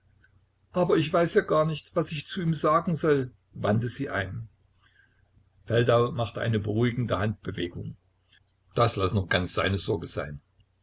aber ich weiß ja gar nicht was ich zu ihm sagen soll wandte sie ein feldau machte eine beruhigende handbewegung das laß nur ganz seine sorge sein